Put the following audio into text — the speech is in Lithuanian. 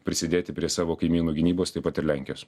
prisidėti prie savo kaimynų gynybos taip pat ir lenkijos